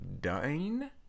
Dine